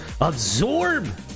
absorb